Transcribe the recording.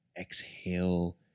exhale